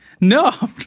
No